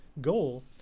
goal